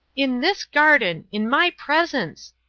in this garden! in my presence!